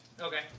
Okay